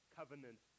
covenant